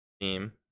team